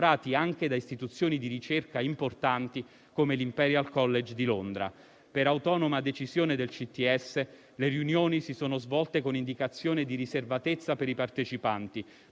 anche da istituzioni di ricerca importanti come l'Imperial College di Londra. Per autonoma decisione del CTS, le riunioni si sono svolte con indicazione di riservatezza per i partecipanti,